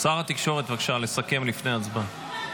שר התקשורת, בבקשה, לסכם לפני ההצבעה.